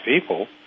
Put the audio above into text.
people